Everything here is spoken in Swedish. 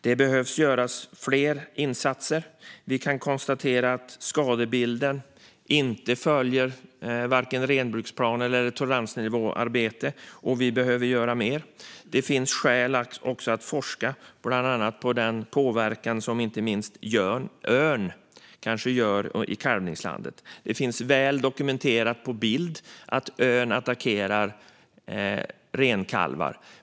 Det behöver göras fler insatser. Vi kan konstatera att skadebilden inte följer renbruksplaner eller toleransnivåarbete, och vi behöver göra mer. Det finns också skäl att forska, bland annat på den påverkan som inte minst örnen har i kalvningslandet. Det finns väl dokumenterat på bild att örn attackerar renkalvar.